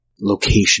location